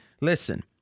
listen